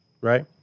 Right